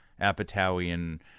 Apatowian